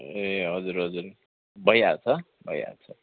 ए हजुर हजुर भइहाल्छ भइहाल्छ